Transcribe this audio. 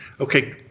okay